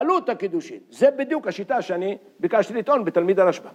‫עלות הקידושין. זה בדיוק השיטה ‫שאני ביקשתי לטעון בתלמיד הרשב״א.